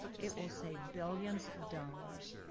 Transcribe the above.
it will save billions of dollars,